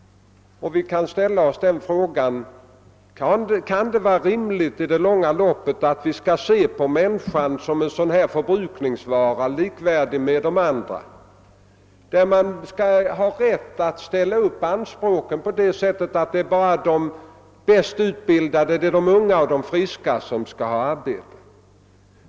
Vi kan då fråga oss: Är det i det långa loppet rimligt att se på människan som en förbrukningsvara, likvärdig med andra, och att man skall ha rätt att ställa upp anspråk på att bara de bäst utbildade, de unga och de friska skall få arbete.